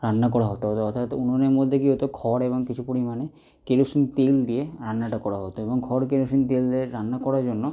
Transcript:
রান্না করা হতো অর্থাৎ উনুনের মধ্যে কী হতো খড় এবং কিছু পরিমাণে কেরোসিন তেল দিয়ে রান্নাটা করা হতো এবং খড় কেরোসিন তেল দিয়ে রান্না করার জন্য